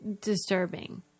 disturbing